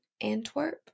Antwerp